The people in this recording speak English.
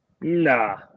Nah